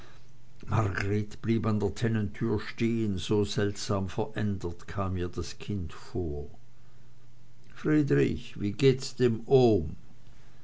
in der tennentür stehen so seltsam verändert kam ihr das kind vor friedrich wie geht's dem ohm